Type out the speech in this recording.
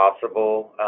possible